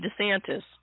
DeSantis